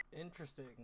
Interesting